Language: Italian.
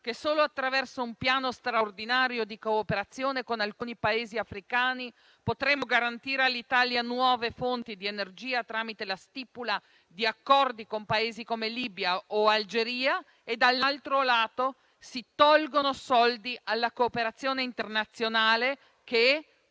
che solo attraverso un piano straordinario di cooperazione con alcuni Paesi africani, potremo garantire all'Italia nuove fonti di energia tramite la stipula di accordi con Paesi come la Libia o l'Algeria e, dall'altro lato, si tolgono soldi alla cooperazione internazionale che,